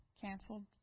canceled